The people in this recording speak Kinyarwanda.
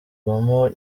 rwugamo